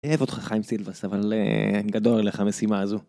אוהב אותך חיים סילבס אבל גדול עליך המשימה הזו